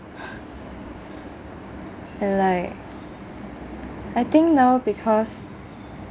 and like I think now becuase